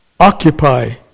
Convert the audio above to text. Occupy